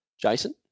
Jason